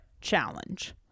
challenge